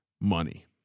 money